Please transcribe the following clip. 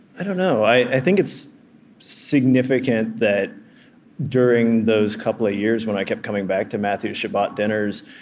i don't know. i think it's significant that during those couple of years when i kept coming back to matthew's shabbat dinners,